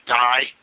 die